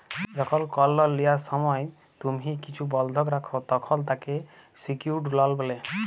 যখল কল লল লিয়ার সময় তুম্হি কিছু বল্ধক রাখ, তখল তাকে সিকিউরড লল ব্যলে